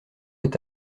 est